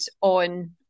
on